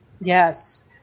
Yes